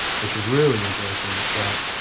which was really interesting. that,